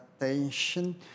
attention